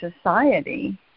society